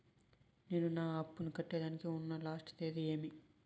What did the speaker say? నేను నా అప్పుని కట్టేదానికి ఉన్న లాస్ట్ తేది ఏమి?